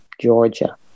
Georgia